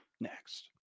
next